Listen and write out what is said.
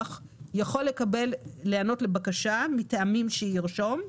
יכול להיענות לבקשה מטעמים שירשום,